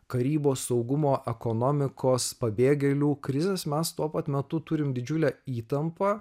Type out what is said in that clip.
karybos saugumo ekonomikos pabėgėlių krizės mes tuo pat metu turime didžiulę įtampą